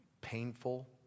Painful